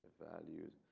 values,